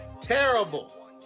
terrible